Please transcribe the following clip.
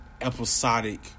episodic